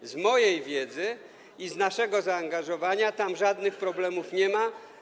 W świetle mojej wiedzy i naszego zaangażowania tam żadnych problemów nie ma.